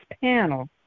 panel